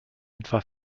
etwa